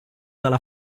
dalla